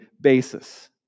basis